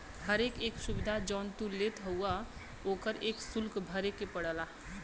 हर एक सुविधा जौन तू लेत हउवा ओकर एक सुल्क भरे के पड़ला